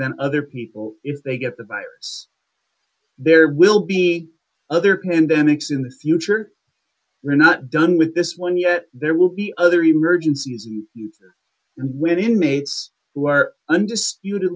than other people if they get the virus there will be other pandemics in the future we're not done with this one yet there will be other emergencies and when inmates who are undisputed